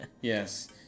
yes